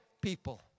people